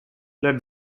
led